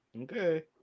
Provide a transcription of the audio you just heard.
Okay